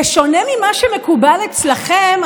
בשונה ממה שמקובל אצלכם,